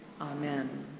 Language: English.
amen